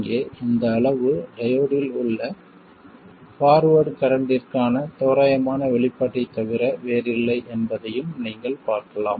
இங்கே இந்த அளவு டையோடில் உள்ள பார்வேர்ட் கரண்ட்டிற்கான தோராயமான வெளிப்பாட்டைத் தவிர வேறில்லை என்பதையும் நீங்கள் பார்க்கலாம்